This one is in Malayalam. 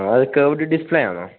അത് കർവ്ഡ് ഡിസ്പ്ലെ ആണോ